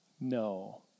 No